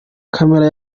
camera